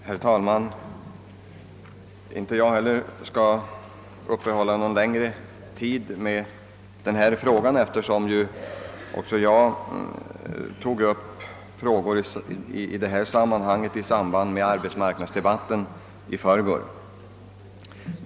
Herr talman. Inte heller jag skall ta upp någon längre tid med att diskutera denna fråga, eftersom jag tog upp den i samband med arbetsmarknadsdebatten i förrgår.